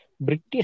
British